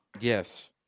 Yes